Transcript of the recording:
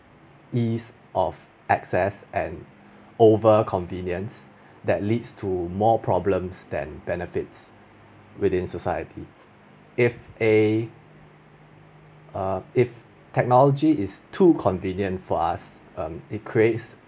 ease of access and over convenience that leads to more problems than benefits within society if a err if technology is too convenient for us um it creates